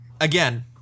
again